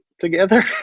together